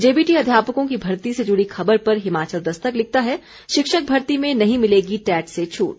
JBT अध्यापकों की भर्ती से जुड़ी खबर पर हिमाचल दस्तक लिखता है शिक्षक भर्ती में नहीं मिलेगी टैट से छूट